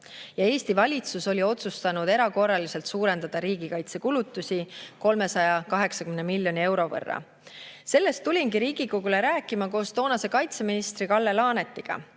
Eesti valitsus oli otsustanud erakorraliselt suurendada riigikaitsekulutusi 380 miljoni euro võrra. Sellest tulingi Riigikogule rääkima koos toonase kaitseministri Kalle Laanetiga.